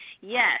yes